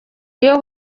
iyo